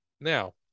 Now